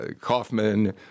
Kaufman